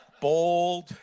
bold